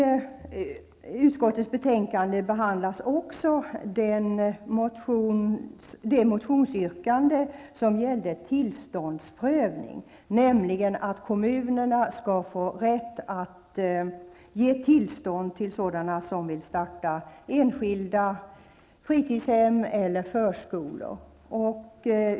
I utskottets betänkande behandlas också ett motionsyrkande med anledning av förslaget om kommunal tillståndsprövning av sådana som vill starta enskilda fritidshem eller förskolor.